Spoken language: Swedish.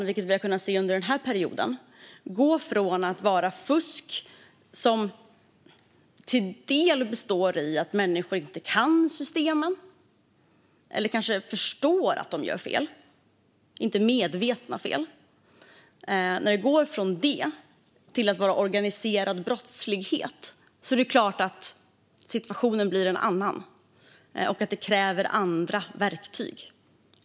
Vi har kunnat se under denna period att det har gått från att vara fusk som till viss del beror på att människor inte kan systemen eller kanske inte förstår att de gör fel - det är inte medvetna fel - till att vara organiserad brottslighet. Då är det klart att situationen blir en annan och att det kräver andra verktyg.